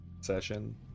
session